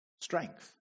strength